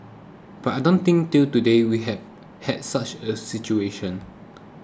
but I don't think till today we have had such a situation